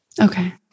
Okay